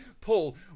Paul